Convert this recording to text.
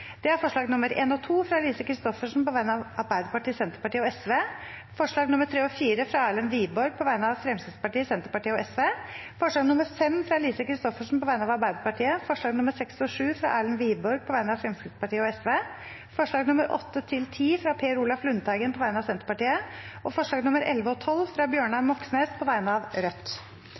alt tolv forslag. Det er forslagene nr. 1 og 2, fra Lise Christoffersen på vegne av Arbeiderpartiet, Senterpartiet og Sosialistisk Venstreparti forslagene nr. 3 og 4, fra Erlend Wiborg på vegne av Fremskrittspartiet, Senterpartiet og Sosialistisk Venstreparti forslag nr. 5, fra Lise Christoffersen på vegne av Arbeiderpartiet forslagene nr. 6 og 7, fra Erlend Wiborg på vegne av Fremskrittspartiet og Sosialistisk Venstreparti forslagene nr. 8–10, fra Per Olaf Lundteigen på vegne av Senterpartiet forslagene nr. 11 og 12, fra Bjørnar Moxnes på vegne av Rødt